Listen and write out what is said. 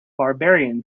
barbarian